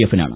എഫിനാണ്